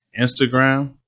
Instagram